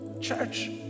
church